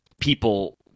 people